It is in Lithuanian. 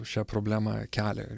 šią problemą kelią